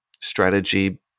strategy